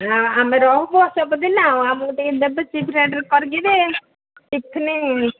ଆମେ ରହୁନୁ ସବୁଦିନ ଆଉ ଆମକୁ ଟିକେ ଦେବେ ଚିପ୍ ରେଟ୍ରେ କରିକିରି ଟିଫିନ୍